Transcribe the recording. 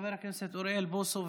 חבר הכנסת אוריאל בוסו,